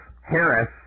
Harris